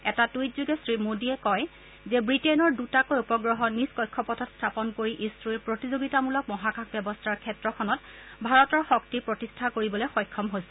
এটা টুইট যোগে শ্ৰীমোদীয়ে কয় যে ৱিটেইনৰ দুটাকৈ উপগ্ৰহ নিজ কক্ষপথত স্বাপন কৰি ইছৰোই প্ৰতিযোগিতামূলক মহাকাশ ব্যৱস্থাৰ ক্ষেত্ৰখনত ভাৰতৰ শক্তি প্ৰতিষ্ঠা কৰিবলৈ সক্ষম হৈছে